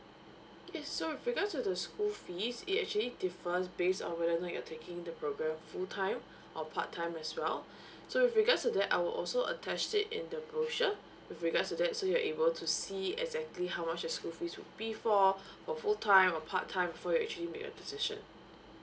yes so with regards to the school fees it actually differs based on whether or not you're taking the programme full time or part time as well so with regards to that I will also attach it in the brochure with regards to that so you're able to see exactly how much the school fees will be for for full time or part time before you actually make your decision